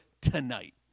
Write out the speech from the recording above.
tonight